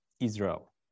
Israel